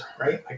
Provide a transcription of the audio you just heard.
right